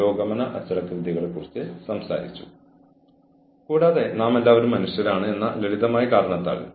പക്ഷേ ഈ കാര്യങ്ങൾ കറുപ്പും വെളുപ്പും ഇടുന്നത് എല്ലായ്പ്പോഴും നല്ലതാണ്